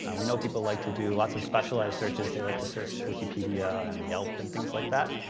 and we know people like to do lots of specialized searches, they like to search wikipedia, and yelp, and things like that.